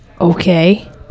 Okay